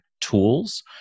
tools